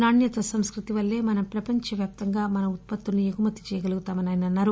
నాణ్యత సంస్కృతి వల్లే మనం ప్రపంచవ్యాప్తంగా మన ఉత్పత్తులను ఎగుమతి చేయగలుగుతామని ఆయన అన్నారు